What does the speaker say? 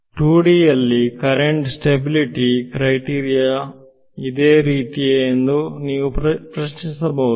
2D ಯಲ್ಲಿ current stability criteria ಇದೇ ರೀತಿಯೇ ಎ0ದು ನೀವು ಪ್ರಶ್ನಿಸಬಹುದು